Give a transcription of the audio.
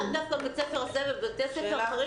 לאו דווקא בבית הספר הזה אלא גם בבתי ספר אחרים